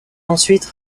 ensuite